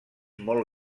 molt